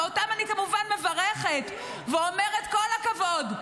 ואותם אני כמובן מברכת ואומרת להם כל הכבוד.